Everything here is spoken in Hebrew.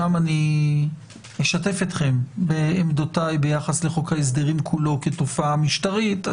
שם אני אשתף אתכם בעמדותיי ביחס לחוק ההסדרים כולו כתופעה משטרית.